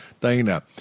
Dana